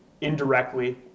indirectly